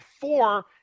four